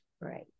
Right